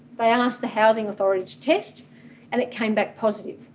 they asked the housing authority to test and it came back positive.